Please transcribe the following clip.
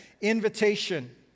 invitation